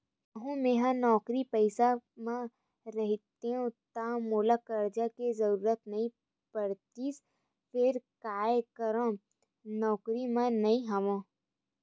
कहूँ मेंहा नौकरी पइसा म रहितेंव ता मोला करजा के जरुरत नइ पड़तिस फेर काय करव नउकरी म नइ हंव